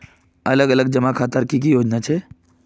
अलग अलग जमा खातार की की योजना छे?